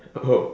oh